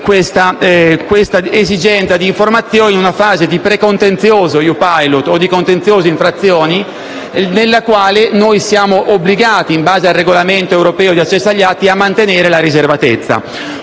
- l'esigenza di informazioni in una fase di precontenzioso EU Pilot o di contenzioso d'infrazione, nella quale siamo obbligati, in base al regolamento europeo di accesso agli atti, a mantenere la riservatezza.